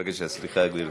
בבקשה, סליחה, גברתי.